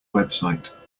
website